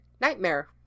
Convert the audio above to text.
nightmare